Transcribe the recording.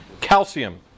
Calcium